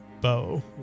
bow